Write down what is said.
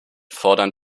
fordern